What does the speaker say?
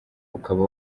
ukaba